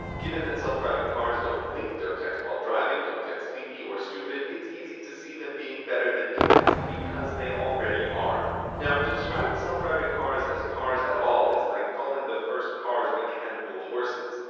given that self-driving cars don't blink, don't text while driving, don't get sleepy or stupid, it's easy to see them being better than humans because they already are. now to describe self-driving cars as cars at all is like calling the first cars mechanical horses.